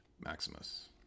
Maximus